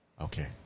Okay